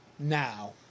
Now